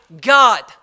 God